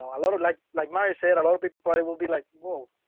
a lot of like like mike said, a lot of people probably will be like, whoa.